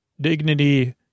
dignity